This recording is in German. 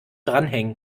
dranhängen